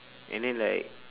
and then like